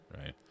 Right